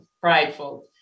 prideful